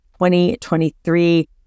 2023